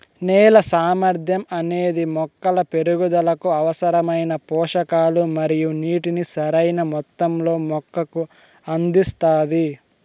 నేల సామర్థ్యం అనేది మొక్కల పెరుగుదలకు అవసరమైన పోషకాలు మరియు నీటిని సరైణ మొత్తంలో మొక్కకు అందిస్తాది